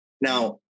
Now